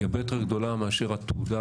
היא הרבה יותר גדולה מאשר התהודה,